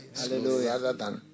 Hallelujah